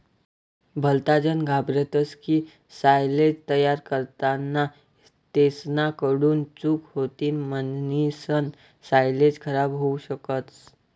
भलताजन घाबरतस की सायलेज तयार करताना तेसना कडून चूक होतीन म्हणीसन सायलेज खराब होवू शकस